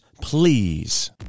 please